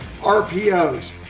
RPOs